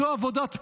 זו עבודת פרך.